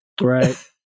Right